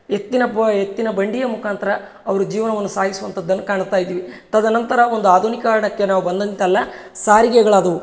ಎತ್ತಿನ ಬ ಎತ್ತಿನ ಬಂಡಿಯ ಮುಖಾಂತ್ರ ಅವರು ಜೀವನವನ್ನು ಸಾಗಿಸುವಂತಾದನ್ನು ಕಾಣುತ್ತ ಇದ್ದೀವಿ ತದನಂತರ ಒಂದು ಆಧುನೀಕರ್ಣಕ್ಕೆ ನಾವು ಬಂದಂತೆಲ್ಲ ಸಾರಿಗೆಗಳಾದವು